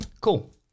cool